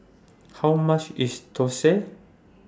How much IS Thosai